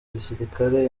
gisirikare